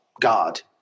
God